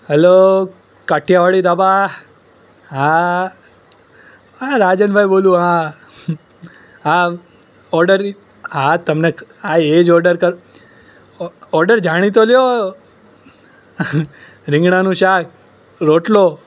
hello Kathiyawadi dhaba હા રાજનભાઈ બોલું હા હા હા ઓર્ડરની હા તમને હા એ જ ઓર્ડર ઓર્ડર જાણી તો લો રીંગણાનુ શાક રોટલો